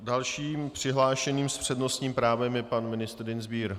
Dalším přihlášeným s přednostním právem je pan ministr Dienstbier.